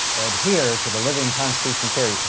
adhere to the living constitution theory,